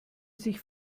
sich